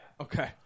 Okay